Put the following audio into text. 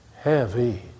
heavy